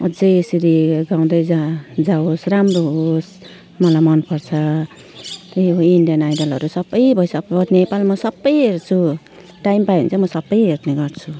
अझै यसरी गाउँदै जा जाओस् राम्रो होस् मलाई मनपर्छ त्यही हो इन्डियन आइडलहरू सबै भोइस अफ् नेपाल सबै हेर्छु टाइम पायो भने चाहिँ म सबै हेर्ने गर्छु